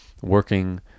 working